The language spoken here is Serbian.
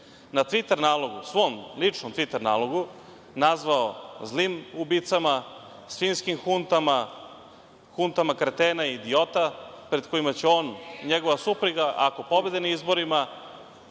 na tviter nalogu, svom ličnom tviter nalogu nazvao zlim ubicama, svinjskim huntama, huntama kretena i idiota, pred kojima će on i njegova supruga ako pobede na izborima,